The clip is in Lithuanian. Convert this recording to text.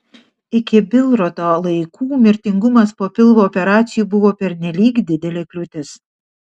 iki bilroto laikų mirtingumas po pilvo operacijų buvo pernelyg didelė kliūtis